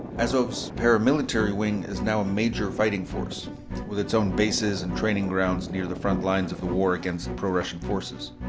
azov's paramilitary wing is now a major fighting force with its own bases and training grounds near the front lines of the war against and pro-russian forces.